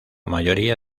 mayoría